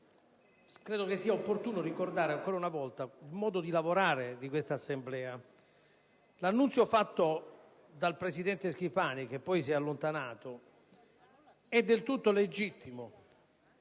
credo sia opportuno ricordare, ancora una volta, il modo di lavorare di questa Assemblea. L'annuncio effettuato dal presidente Schifani, che poi si è allontanato, è del tutto legittimo;